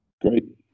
Great